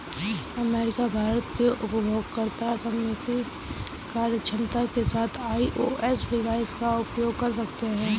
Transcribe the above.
America, Bharat के उपयोगकर्ता सीमित कार्यक्षमता के साथ आई.ओ.एस डिवाइस का उपयोग कर सकते हैं